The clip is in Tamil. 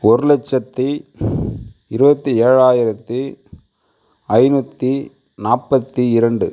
ஒரு லட்சத்து இருபத்தி ஏழாயிரத்து ஐநூற்றி நாற்பத்தி இரண்டு